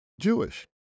Jewish